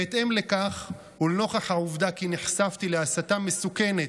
בהתאם לכך ולנוכח העובדה כי נחשפתי להסתה מסוכנת,